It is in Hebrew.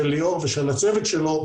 ליאור והצוות שלו,